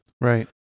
right